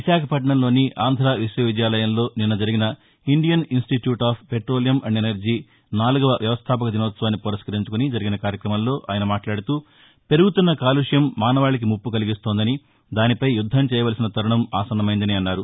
విశాఖపట్టణంలోని ఆంధా విశ్వవిద్యాలయంలో నిన్న జరిగిన Indian institute of petroleum and energy నాలుగవ వ్యవస్థాపక దినోత్సవాన్ని పురస్కరించుకుని జరిగిన కార్యక్రమంలో ఆయన మాట్లాడుతూ పెరుగుతున్న కాలుష్యం మానవాళికి ముప్పు కలిగిస్తోందని దానిపై యుద్దం చేయవలసిన తరుణం ఆసన్నమైందని అన్నారు